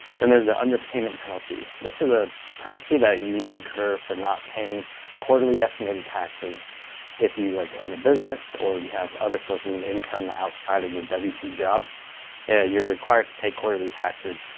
then there's the underpayment penalty. this is a penalty that you incur for not paying quarterly estimated taxes if you like own a business or you have other sources of income outside of your w two job. yeah you're required to pay quarterly taxes.